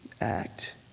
act